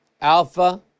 Alpha